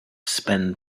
spend